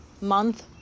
Month